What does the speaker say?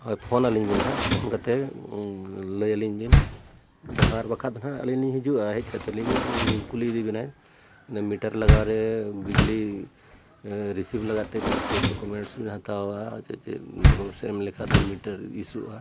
ᱦᱳᱭ ᱯᱷᱳᱱᱟᱞᱤᱧ ᱵᱮᱱ ᱦᱟᱸᱜ ᱯᱷᱳᱱ ᱠᱟᱛᱮ ᱞᱟᱹᱭ ᱟᱹᱞᱤᱧ ᱵᱤᱱ ᱫᱚᱦᱲᱟ ᱵᱟᱠᱷᱨᱟ ᱫᱚ ᱦᱟᱸᱜ ᱟᱹᱞᱤᱧ ᱞᱤᱧ ᱦᱤᱡᱩᱜᱼᱟ ᱦᱮᱡ ᱠᱟᱛᱮᱞᱤᱧ ᱠᱩᱞᱤ ᱤᱫᱤ ᱵᱮᱱᱟᱭ ᱢᱤᱴᱟᱨ ᱞᱟᱜᱟᱣ ᱨᱮ ᱵᱤᱡᱽᱞᱤ ᱨᱤᱥᱤᱵᱷ ᱞᱟᱜᱟᱛᱮ ᱪᱮᱫ ᱪᱮᱫ ᱰᱩᱠᱩᱢᱮᱱᱴᱥ ᱦᱟᱛᱟᱣᱟ ᱪᱮᱫ ᱪᱮᱫ ᱰᱚᱠᱩᱢᱮᱱᱥ ᱮᱢ ᱞᱮᱠᱷᱟᱡ ᱫᱚ ᱢᱤᱴᱟᱨ ᱤᱥᱩᱜᱼᱟ